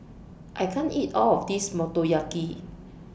I can't eat All of This Motoyaki